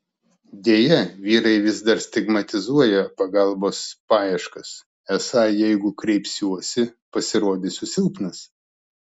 deja vyrai vis dar stigmatizuoja pagalbos paieškas esą jeigu kreipsiuosi pasirodysiu silpnas